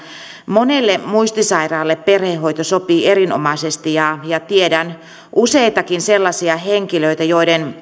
monelle muistisairaalle perhehoito sopii erinomaisesti ja ja tiedän useitakin sellaisia henkilöitä joiden